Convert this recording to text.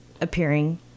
appearing